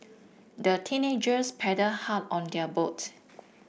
the teenagers paddled hard on their boat